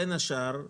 בין השאר,